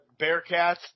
Bearcats